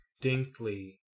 distinctly